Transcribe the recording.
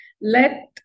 let